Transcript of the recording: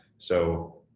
so,